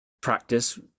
practice